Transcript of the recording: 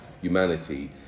humanity